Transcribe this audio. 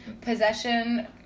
possession